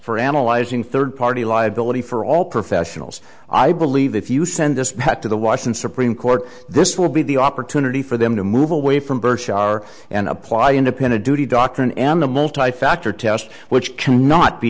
for analyzing third party liability for all professionals i believe if you send this to the watson supreme court this will be the opportunity for them to move away from birch r and apply independent duty doctrine and the multi factor test which cannot be